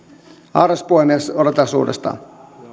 arvoisa puhemies otetaanpas uudestaan